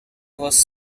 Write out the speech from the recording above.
was